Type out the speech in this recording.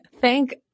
Thank